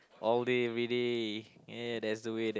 all day everyday ya that's the way that